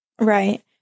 Right